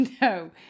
No